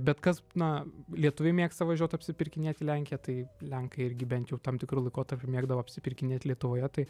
bet kas na lietuviai mėgsta važiuot apsipirkinėt į lenkiją taip lenkai irgi bent jau tam tikru laikotarpiu mėgdavo apsipirkinėt lietuvoje tai